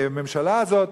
והממשלה הזאת,